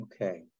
Okay